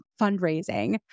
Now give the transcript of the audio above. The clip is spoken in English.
fundraising